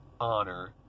honor